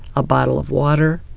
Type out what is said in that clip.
a bottle of water,